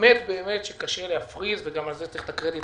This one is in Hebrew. באמת קשה להפריז וגם על זה יש לתת את הקרדיט